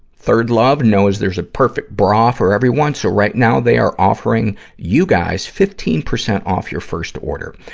third love knows there's a perfect bra for everyone, so right now they are offering you guys fifteen percent off your first order.